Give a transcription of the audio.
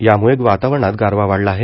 यामुळं वातावरणात गारवा वाढला आहे